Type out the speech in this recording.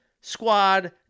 squad